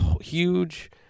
huge